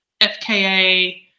FKA